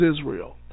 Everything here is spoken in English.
Israel